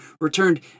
returned